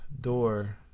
door